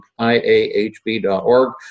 iahb.org